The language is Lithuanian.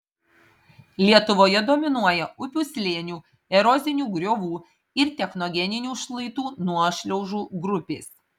lietuvoje dominuoja upių slėnių erozinių griovų ir technogeninių šlaitų nuošliaužų grupės